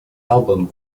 album